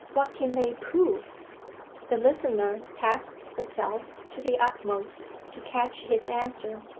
what can they prove the listener tasked herself to the utmost to catch his answer,